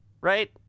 right